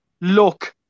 look